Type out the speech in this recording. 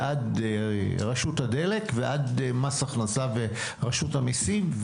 ועד רשות הדלק ועד מס הכנסה ורשות המיסים,